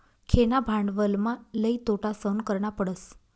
खेळणा भांडवलमा लई तोटा सहन करना पडस